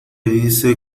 dice